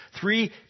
Three